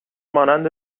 مانند